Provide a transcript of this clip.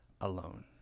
alone